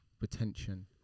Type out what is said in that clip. retention